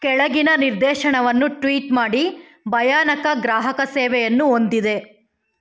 ಕೆಳಗಿನ ನಿರ್ದೇಶನವನ್ನು ಟ್ವೀಟ್ ಮಾಡಿ ಭಯಾನಕ ಗ್ರಾಹಕ ಸೇವೆಯನ್ನು ಹೊಂದಿದೆ